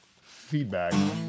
feedback